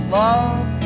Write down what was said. love